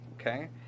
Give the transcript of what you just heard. okay